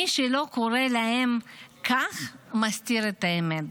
מי שלא קורא להם כך, מסתיר את האמת.